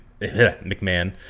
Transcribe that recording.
McMahon